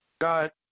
got